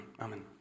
Amen